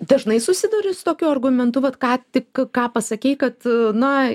dažnai susiduri su tokiu argumentu kad ką tik ką pasakei kad na